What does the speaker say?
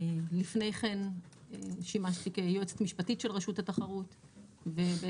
לפני כן שימשתי כיועצת משפטית של רשות התחרות ובעצם